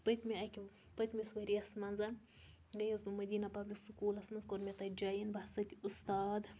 پٔتۍمہِ اَکہِ پٔتمِس ؤرۍیَس مَنٛز گٔیَس بہٕ مٔدیٖنہ پَبلِک سکوٗلَس منٛز کوٚر مےٚ تَتہِ جایِن بحثیتِ اُستاد